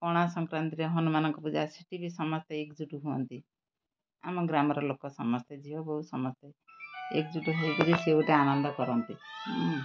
ପଣା ସଂକ୍ରାନ୍ତିରେ ହନୁମାନଙ୍କ ପୂଜା ସେଠି ବି ସମସ୍ତେ ଏକଜୁଟ ହୁଅନ୍ତି ଆମ ଗ୍ରାମର ଲୋକ ସମସ୍ତେ ଝିଅ ବୋହୁ ସମସ୍ତେ ଏକଜୁଟ ହେଇ କରି ସେ ଗୋଟେ ଆନନ୍ଦ କରନ୍ତି